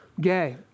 gay